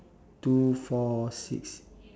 two four six